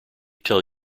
tell